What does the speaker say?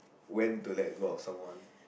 when to let go of someone